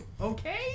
Okay